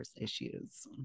issues